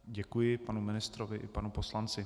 Děkuji panu ministrovi i panu poslanci.